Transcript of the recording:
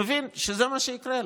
מבין שזה מה שיקרה לה.